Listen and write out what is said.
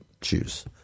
choose